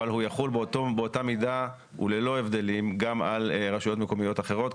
אבל הוא יחול באותה מידה וללא הבדלים גם על רשויות מקומיות אחרות,